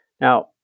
Now